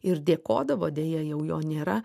ir dėkodavo deja jau jo nėra